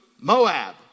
Moab